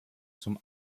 zum